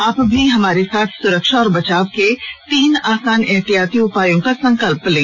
आप भी हमारे साथ सुरक्षा और बचाव के तीन आसान एहतियाती उपायों का संकल्प लें